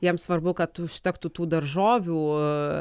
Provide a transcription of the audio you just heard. jam svarbu kad užtektų tų daržovių